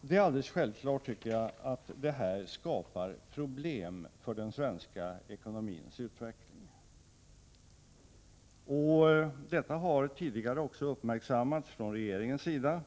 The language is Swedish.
Det är alldeles självklart, tycker jag, att detta skapar problem för den svenska ekonomins utveckling. Det har tidigare också uppmärksammats från regeringens sida.